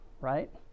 right